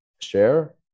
share